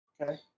okay